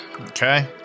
Okay